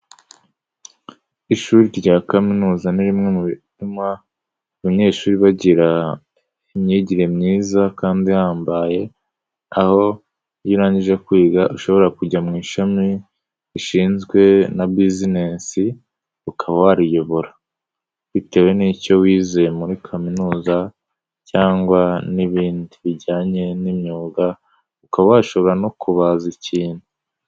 Ishuri rya kaminuza ni rimwe mu bituma abanyeshuri bagira imyigire myiza kandi ihambaye, aho iyo urangije kwiga ushobora kujya mu ishami rishinzwe na bizinesi ukaba wariyobora. Bitewe n'icyo wize muri kaminuza cyangwa n'ibindi bijyanye n'imyuga, ukaba washobora no kubaza ikintu.